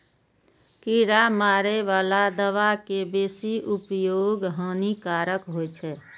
कीड़ा मारै बला दवा के बेसी उपयोग हानिकारक होइ छै